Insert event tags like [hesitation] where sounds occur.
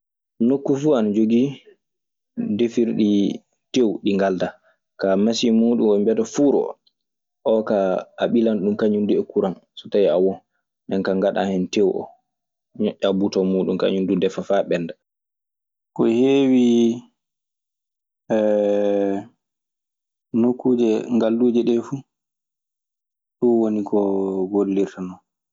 Nokku fuu ana jogii defirɗi tew ɗi ngaldaa. Ka masin muuɗum mo ɓe mbiyata fuur o, oo kaa ɓilan ɗum kañun duu e kuran so tawii a won. Nden kaa ngandaa tew o ñoƴƴaa buton nden kaa deffoo faa ɓennda. Ko heewi e [hesitation] nokkuuje ngalluuje ɗee fu, ɗun woni ko [hesitation] gollirta non.